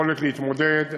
ביכולת להתמודד